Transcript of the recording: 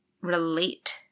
relate